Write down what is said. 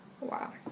Wow